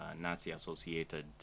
Nazi-associated